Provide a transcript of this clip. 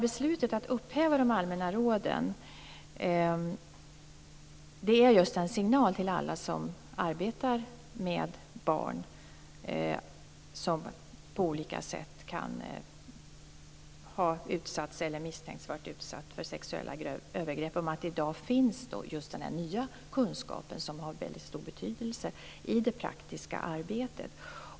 Beslutet att upphäva de allmänna råden är just en signal till alla som arbetar med barn som misstänks ha varit utsatta för sexuella övergrepp att det i dag finns denna nya kunskap som har väldigt stor betydelse i det praktiska arbetet.